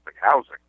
housing